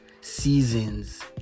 seasons